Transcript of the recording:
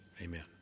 Amen